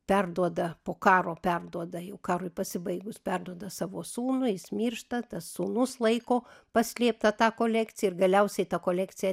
perduoda po karo perduoda jau karui pasibaigus perduoda savo sūnui jis miršta tas sūnus laiko paslėptą tą kolekciją ir galiausiai ta kolekcija